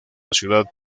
ciudad